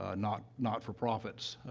ah not not-for-profits,